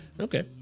Okay